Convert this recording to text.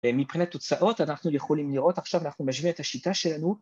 ‫מבחינת תוצאות אנחנו יכולים לראות עכשיו, ‫אנחנו נשווה את השיטה שלנו.